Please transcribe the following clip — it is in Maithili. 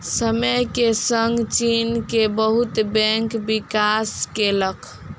समय के संग चीन के बहुत बैंक विकास केलक